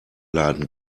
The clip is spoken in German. laden